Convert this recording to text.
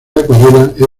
acuarela